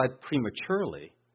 prematurely